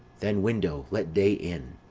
then, window, let day in,